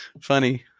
Funny